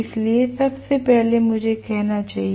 इसलिए सबसे पहले मुझे कहना चाहिए